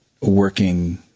working